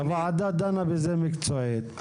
הוועדה דנה בזה מקצועית,